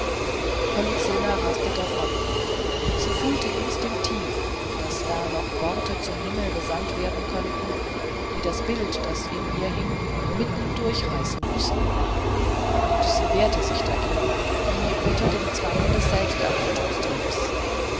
polyxena raste davon sie fühlte instinktiv daß da noch worte zum himmel gesandt werden könnten die das bild das in ihr hing mitten durchreißen müßten und sie wehrte sich dagegen wie unter dem zwang des